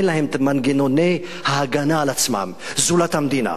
אין להם מנגנוני ההגנה על עצמם זולת המדינה.